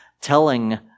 telling